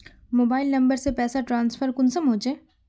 Mobile number से पैसा transfer कुंसम होचे?